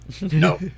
no